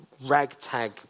Ragtag